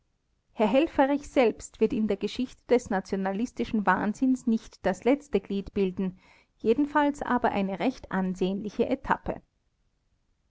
herr helfferich selbst wird in der geschichte des nationalistischen wahnsinns nicht das letzte glied bilden jedenfalls aber eine recht ansehnliche etappe